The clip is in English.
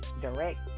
direct